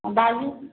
बाजू